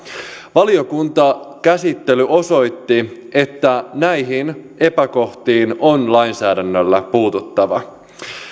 valiokuntakäsittely osoitti että näihin epäkohtiin on lainsäädännöllä puututtava